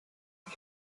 wir